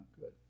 good